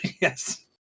Yes